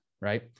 right